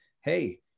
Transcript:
hey